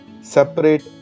separate